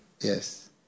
Yes